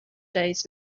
days